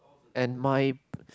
and my